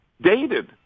dated